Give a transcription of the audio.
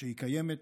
שהיא קיימת,